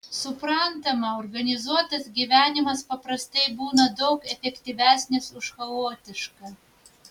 suprantama organizuotas gyvenimas paprastai būna daug efektyvesnis už chaotišką